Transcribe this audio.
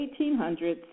1800s